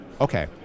okay